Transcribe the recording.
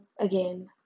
again